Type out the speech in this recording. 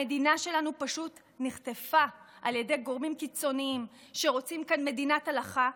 המדינה שלנו פשוט נחטפה על ידי גורמים קיצוניים שרוצים כאן מדינת הלכה,